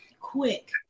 Quick